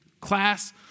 class